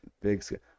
Big